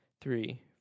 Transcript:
three